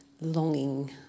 longing